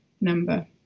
number